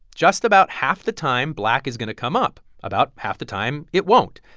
just about half the time, black is going to come up. about half the time, it won't.